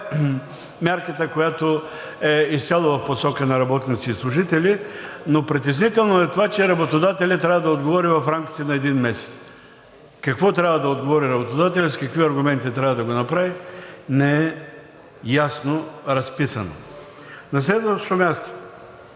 мярката, която е изцяло в посока на работници и служители, но притеснително е това, че работодателят трябва да отговори в рамките на един месец. Какво трябва да отговори работодателят, с какви аргументи трябва да го направи, не е ясно разписано. На следващо място,